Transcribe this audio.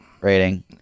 rating